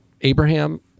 Abraham